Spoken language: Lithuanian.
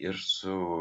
ir su